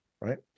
right